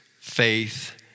faith